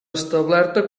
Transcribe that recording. establerta